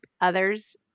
others